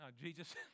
Jesus